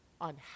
on